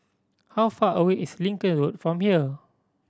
how far away is Lincoln Road from here